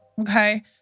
Okay